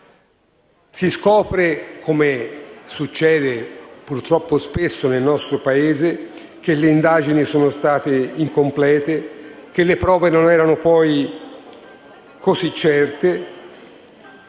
Si scopre, come succede purtroppo spesso nel nostro Paese, che le indagini sono state incomplete, che le prove non erano poi così certe,